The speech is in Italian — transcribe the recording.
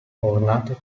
ornato